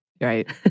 Right